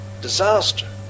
disaster